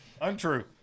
untrue